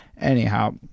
anyhow